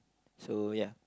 so ya